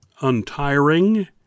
untiring